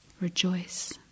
Rejoice